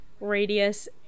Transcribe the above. radius